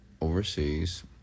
overseas